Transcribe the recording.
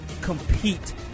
compete